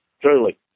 truly